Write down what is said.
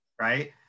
right